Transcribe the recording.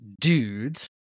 dudes